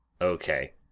Okay